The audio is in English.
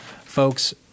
Folks